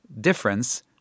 difference